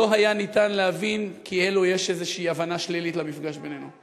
לא היה ניתן להבין כאילו יש איזושהי הבנה שלילית למפגש בינינו.